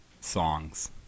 songs